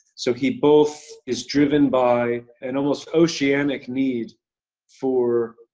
so he both is driven by an almost oceanic need for.